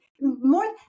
more